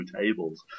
tables